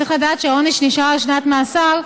צריך לדעת שהעונש נשאר שנת מאסר,